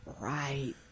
Right